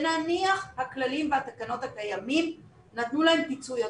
ונניח הכללים והתקנות הקיימים נתנו להם פיצוי עודף,